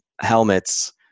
helmets